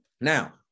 Now